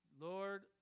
Lord